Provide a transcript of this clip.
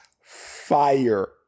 fire